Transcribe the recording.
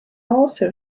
also